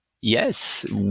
Yes